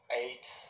eight